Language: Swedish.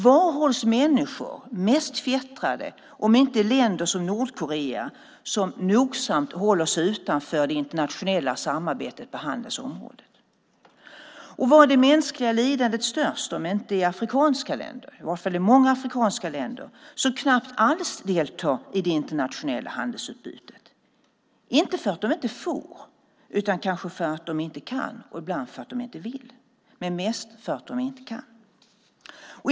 Var hålls människor mest fjättrade om inte i länder som Nordkorea som nogsamt håller sig utanför det internationella samarbetet på handelns område. Och var är det mänskliga lidandet störst om inte i många afrikanska länder som knappt alls deltar i det internationella handelsutbytet, inte för att de inte får utan kanske för att de inte kan och ibland för att de inte vill, men mest för att de inte kan.